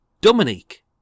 Dominique